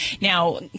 Now